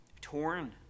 torn